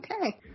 Okay